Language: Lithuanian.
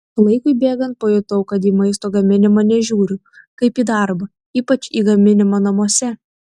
laikui bėgant pajutau kad į maisto gaminimą nežiūriu kaip į darbą ypač į gaminimą namuose